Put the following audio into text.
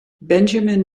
benjamin